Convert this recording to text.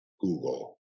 Google